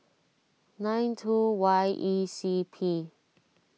nine two Y E C P